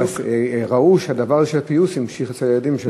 ראו שהפיוס המשיך אצל הילדים שלו.